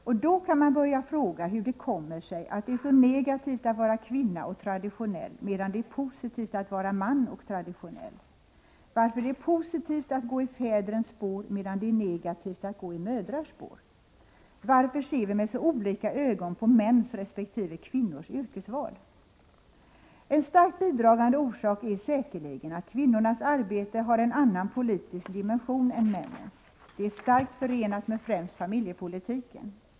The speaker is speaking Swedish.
Och då kan man börja fråga hur det kommer sig att det är så negativt att vara kvinna och traditionell, medan det är positivt att vara man och traditionell? Varför är det positivit att gå i fädrens spår medan det är negativt att gå i mödrars spår? Varför ser vi med så olika ögon på mäns resp. kvinnors yrkesval? En starkt bidragande orsak är säkerligen att kvinnornas arbete har en annan politisk dimension än männens. Det är starkt förenat med främst familjepolitiken.